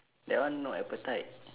that one not appetite